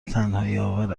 تنهاییآور